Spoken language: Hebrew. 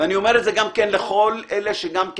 ואני אומר את זה גם לכל אלה מהחברה